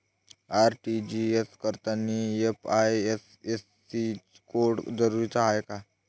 RTGS करतांनी IFSC code जरुरीचा हाय का?